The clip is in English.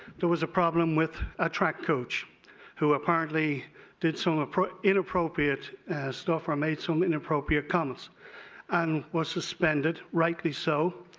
there was a problem with a track coach who apparently did some ah inappropriate stuff or made and inappropriate comments and was suspended rightly so.